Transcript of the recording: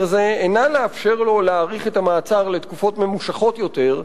זה אינה לאפשר לו להאריך את המעצר לתקופות ממושכות יותר,